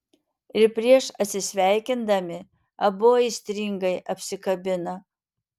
ir prieš atsisveikindami abu aistringai apsikabina